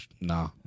Nah